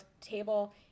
table